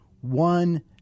one